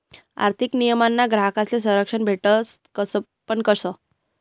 आर्थिक नियमनमा ग्राहकस्ले संरक्षण भेटस पण कशं